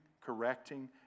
correcting